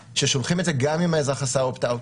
ששולחים את זה גם אם האזרח עשה opt-out,